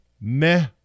meh